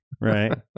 Right